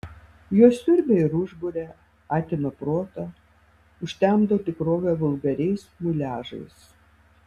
jos siurbia ir užburia atima protą užtemdo tikrovę vulgariais muliažais